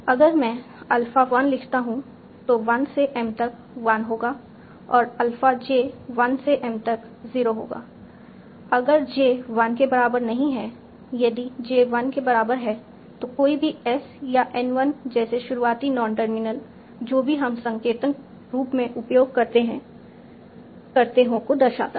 अगर मैं अल्फ़ा 1 लिखता हूँ तो 1 से m तक 1 होगा और अल्फ़ा j 1 से m तक 0 होगा अगर j 1 के बराबर नहीं है यदि j 1 के बराबर है तो कोई भी s या N 1 जैसे शुरुआती नॉन टर्मिनल जो भी हम संकेतन रूप में उपयोग करते हो को दर्शाता है